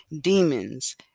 demons